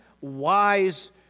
wise